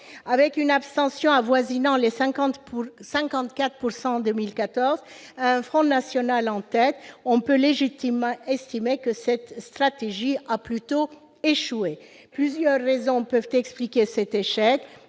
Avec une abstention avoisinant les 54 % en 2014, et un Front national en tête, on peut légitimement estimer que cette stratégie a échoué. Plusieurs raisons peuvent expliquer cet échec